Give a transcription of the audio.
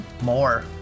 more